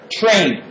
train